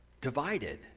divided